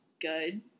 good